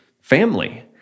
family